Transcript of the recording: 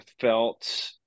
felt